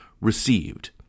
received